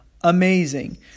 Amazing